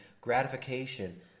gratification